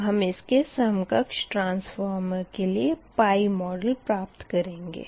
अब हम इसके समकक्ष ट्रांसफॉर्मर के लिए मोडेल प्राप्त करेंगे